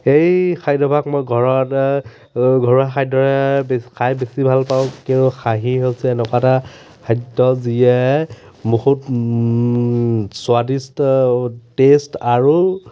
সেই খাদ্যভাগ মই ঘৰত ঘৰুৱা খাদ্যৰে বে খাই বেছি ভাল পাওঁ কিয়নো খাহী হৈছে এনেকুৱা এটা খাদ্য যিয়ে বহুত স্বাদিষ্ট টেষ্ট আৰু